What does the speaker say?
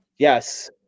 Yes